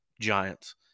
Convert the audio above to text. giants